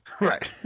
Right